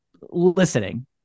listening